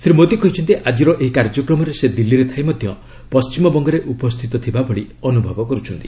ଶ୍ରୀ ମୋଦୀ କହିଛନ୍ତି ଆକିର ଏହି କାର୍ଯ୍ୟକ୍ରମରେ ସେ ଦିଲ୍ଲୀରେ ଥାଇ ମଧ୍ୟ ପଶ୍ଚିମବଙ୍ଗରେ ଉପସ୍ଥିତ ଥିବା ଭଳି ଅନୁଭବ କରୁଛନ୍ତି